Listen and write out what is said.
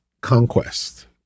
conquest